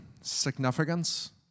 significance